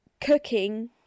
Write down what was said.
cooking